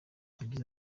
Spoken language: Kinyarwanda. yagize